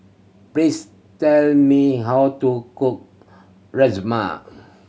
please tell me how to cook Rajma